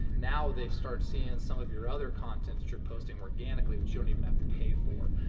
now they start seeing some of your other content which your posting organically, which you don't even have to pay for.